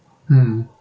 mm